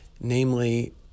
namely